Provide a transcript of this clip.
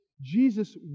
Jesus